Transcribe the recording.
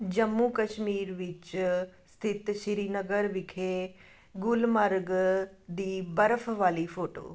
ਜੰਮੂ ਕਸ਼ਮੀਰ ਵਿੱਚ ਸਥਿਤ ਸ਼੍ਰੀਨਗਰ ਵਿਖੇ ਗੁਲ ਮਾਰਗ ਦੀ ਬਰਫ ਵਾਲੀ ਫੋਟੋ